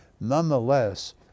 nonetheless